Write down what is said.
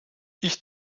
ich